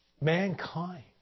mankind